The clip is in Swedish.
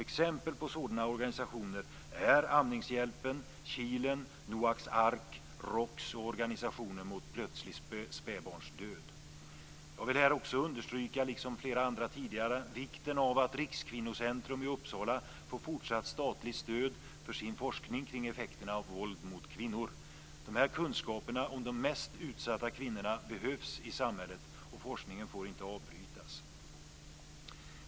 Exempel på sådana organisationer är Amningshjälpen, Jag vill här också understryka, liksom flera andra tidigare, vikten av att Rikskvinnocentrum i Uppsala får fortsatt statligt stöd för sin forskning kring effekterna av våld mot kvinnor. De här kunskaperna om de mest utsatta kvinnorna behövs i samhället, och forskningen får inte avbrytas.